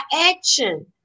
action